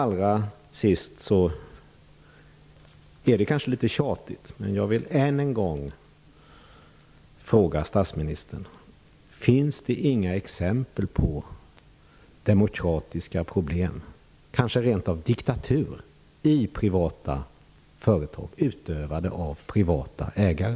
Det är kanske litet tjatigt, men jag vill än en gång fråga statsministern: Finns det inga exempel på demokratiska problem, kanske rentav diktaturer, i privata företag med privata ägare?